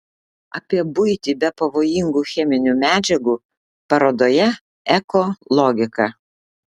apie buitį be pavojingų cheminių medžiagų parodoje eko logika